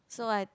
so I